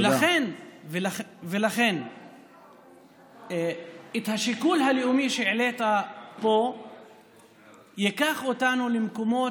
ולכן השיקול הלאומי שהעלית פה ייקח אותנו למקומות,